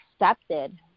accepted